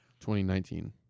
2019